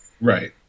right